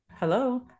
hello